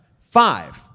Five